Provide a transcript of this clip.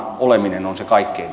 arvoisa herra puhemies